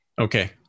Okay